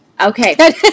Okay